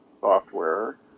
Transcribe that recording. software